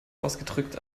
ausgedrückt